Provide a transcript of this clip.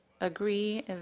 agree